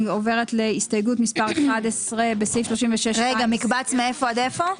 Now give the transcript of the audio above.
אני עוברת להסתייגות מספר 11. מקבץ מאיפה עד איפה?